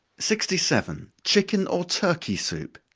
sixty seven. chicken or turkey soup.